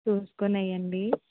చూసుకుని వెయ్యండి